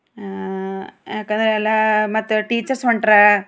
ಯಾಕಂದ್ರೆ ಎಲ್ಲ ಮತ್ತೆ ಟೀಚರ್ಸ್ ಹೊಂಟ್ರ